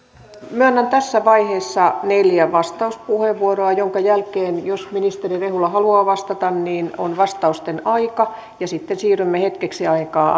myönnän tässä vaiheessa neljä vastauspuheenvuoroa joiden jälkeen jos ministeri rehula haluaa vastata on vastausten aika ja sitten siirrymme ainakin hetkeksi aikaa